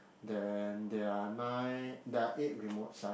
then there are nine there are eight remote site